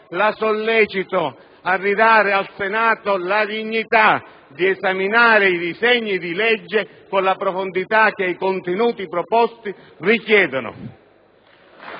la sollecito a ridare al Senato la dignità di esaminare i disegni di legge con la profondità che i contenuti proposti richiedono.